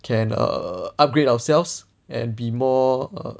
can err upgrade ourselves and be more err